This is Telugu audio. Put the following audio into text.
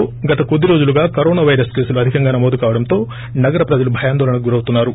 విజయనగరంలో గత కొద్దిరోజులుగా కరోనా వైరస్ కేసులు అధికంగా నమోదు కావడంతో నగర ప్రజలు భయాందోళనకు గురవుతున్నారు